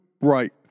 right